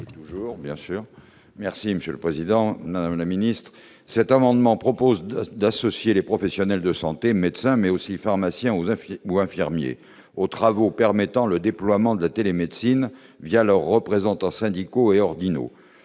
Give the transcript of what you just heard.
Toujours bien sûr, merci Monsieur le Président, la Ministre cet amendement propose de d'un associé, les professionnels de santé, médecins mais aussi pharmaciens aux ou infirmiers aux travaux permettant le déploiement de la télémédecine via leurs représentants syndicaux et Ordinn